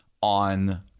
on